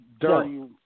dirty